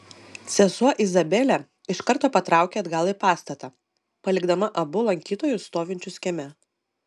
sesuo izabelė iš karto patraukė atgal į pastatą palikdama abu lankytojus stovinčius kieme